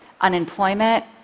unemployment